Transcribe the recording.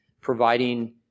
providing